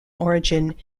origin